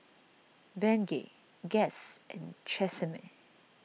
Bengay Guess and Tresemme